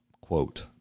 quote